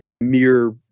mere